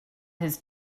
his